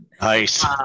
nice